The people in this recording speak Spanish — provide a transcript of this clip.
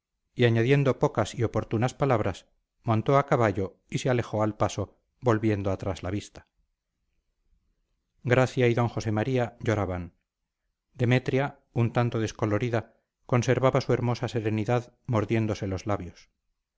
y añadiendo pocas y oportunas palabras montó a caballo y se alejó al paso volviendo atrás la vista gracia y don josé maría lloraban demetria un tanto descolorida conservaba su hermosa serenidad mordiéndose los labios